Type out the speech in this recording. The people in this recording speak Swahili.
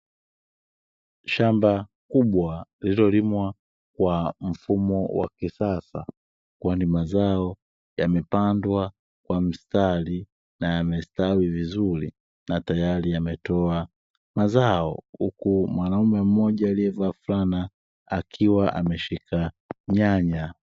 Shamba kubwa lililolimwa kwa mfumo wa kisasa kwani mazao yamepandwa kwa mstari na yamestawi vizuri na tayari yametoa mazao, huku mwanaume mmoja aliyevaa fulana akiwa ameshika nyanya.